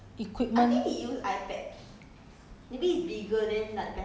you 可是我就是觉得有点可你你 me~ handle 那个 equipment